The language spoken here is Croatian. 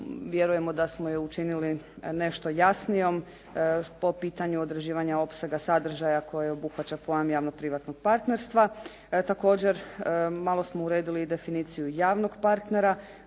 Vjerujemo da smo ju učinili nešto jasnijom po pitanju određivanja opsega sadržaja koje obuhvaća pojam javno-privatnog partnerstva. Također malo smo uredili i definiciju javnog partnera